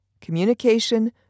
Communication